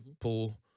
pool